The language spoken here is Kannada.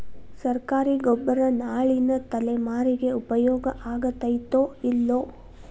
ಸರ್ಕಾರಿ ಗೊಬ್ಬರ ನಾಳಿನ ತಲೆಮಾರಿಗೆ ಉಪಯೋಗ ಆಗತೈತೋ, ಇಲ್ಲೋ?